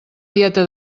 tieta